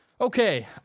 Okay